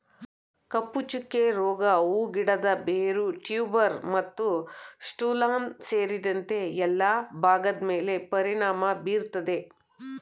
ಕಪ್ಪುಚುಕ್ಕೆ ರೋಗ ಹೂ ಗಿಡದ ಬೇರು ಟ್ಯೂಬರ್ ಮತ್ತುಸ್ಟೋಲನ್ ಸೇರಿದಂತೆ ಎಲ್ಲಾ ಭಾಗದ್ಮೇಲೆ ಪರಿಣಾಮ ಬೀರ್ತದೆ